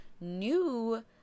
new